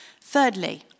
Thirdly